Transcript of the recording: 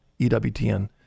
EWTN